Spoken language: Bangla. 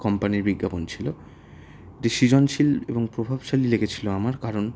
কম্পানির বিজ্ঞাপন ছিলো এটি সিজনশীল এবং প্রভাবশালী লেগেছিলো আমার কারণ